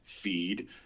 feed